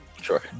Sure